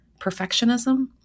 perfectionism